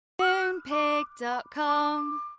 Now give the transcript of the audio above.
Moonpig.com